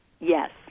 Yes